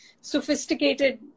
sophisticated